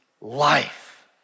life